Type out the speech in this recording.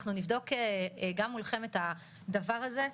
אנחנו נבדוק גם מולכם את הדבר הזה,